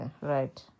Right